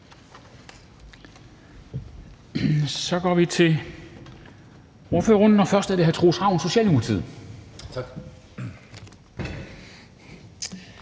Så går vi til ordførerrunden, og først er det hr. Troels Ravn, Socialdemokratiet. Kl.